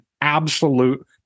absolute